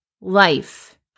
life